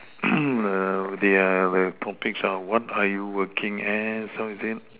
they are very topics are what are you working as what is it